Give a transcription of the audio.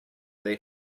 they